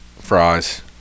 fries